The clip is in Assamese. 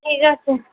ঠিক আছে